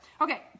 Okay